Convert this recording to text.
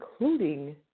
including